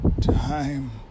time